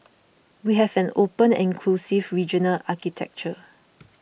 we have an open and inclusive regional architecture